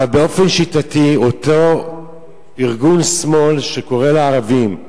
אבל באופן שיטתי אותו ארגון שמאל שקורא לערבים,